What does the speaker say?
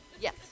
Yes